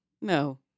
No